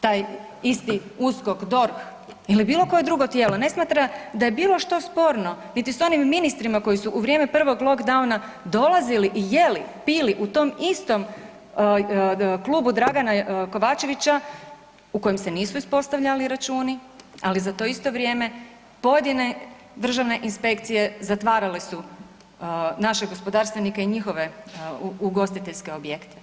Taj isti USKOK, DORH ili bilo koje drugo tijelo ne smatra da je bilo što sporno niti s onim ministrima koji su u vrijeme prvog lockdowna dolazili i jeli, pili u tom istom klubu Dragana Kovačevića u kojem se nisu ispostavljali računi, ali za to isto vrijeme pojedine državne inspekcije zatvarale su naše gospodarstvenike i njihove ugostiteljske objekte.